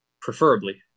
Preferably